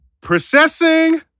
processing